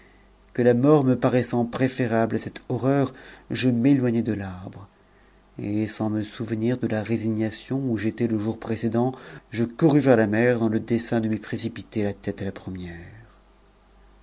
que la mort me paraissant préfëraue a cette horreur je m'éloignai de l'arbre et sans me souvenir de la résignation où j'étais le jour précédent je courus vers la mer dans le dessein de m'y précipiter la tête la première